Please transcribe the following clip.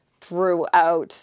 throughout